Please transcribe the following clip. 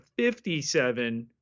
57